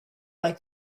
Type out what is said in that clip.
like